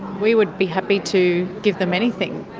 we would be happy to give them anything.